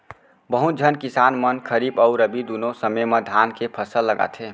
बहुत झन किसान मन खरीफ अउ रबी दुनों समे म धान के फसल लगाथें